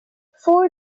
four